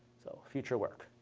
so future work.